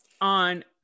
On